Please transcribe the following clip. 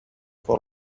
for